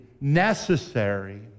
necessary